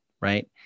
right